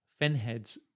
Fenheads